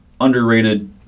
underrated